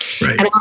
Right